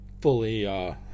fully